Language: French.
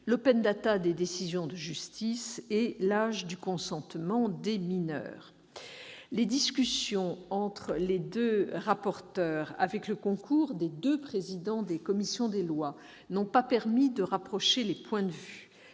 CNIL, l'des décisions de justice et, enfin, l'âge du consentement des mineurs. Les discussions entre les deux rapporteurs avec le concours des deux présidents des commissions des lois n'ont pas permis de rapprocher les points de vue.